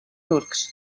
turcs